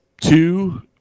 two